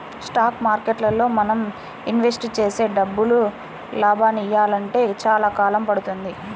stock మార్కెట్టులో మనం invest చేసే డబ్బులు లాభాలనియ్యాలంటే చానా కాలం పడుతుంది